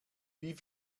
wie